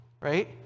right